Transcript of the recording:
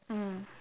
mm